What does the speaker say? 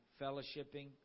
fellowshipping